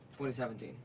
2017